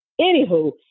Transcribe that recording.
Anywho